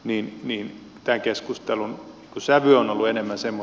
niin niin että keskustelun sävy on alueiden asema